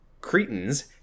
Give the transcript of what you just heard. Cretans